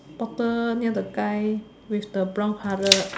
bottle near the guy with the brown colour